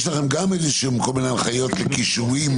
גם לכם יש כל מיני הנחיות לקישורים